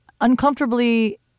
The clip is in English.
uncomfortably